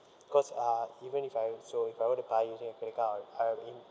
cause uh even if I so if I were to buy using the credit card I'd I'd I int~